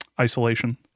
isolation